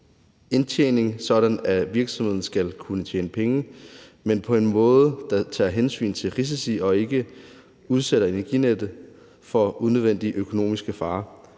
indtjening, sådan at virksomheden skal kunne tjene penge, men på en måde, der tager hensyn til risici og ikke udsætter Energinet for unødvendige økonomiske farer.